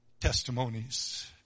testimonies